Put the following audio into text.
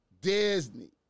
Disney